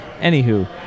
anywho